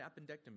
appendectomy